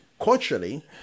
culturally